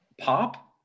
pop